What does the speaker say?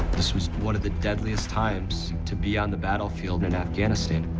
this was one of the deadliest times to be on the battlefield in afghanistan.